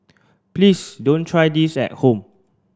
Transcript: please don't try this at home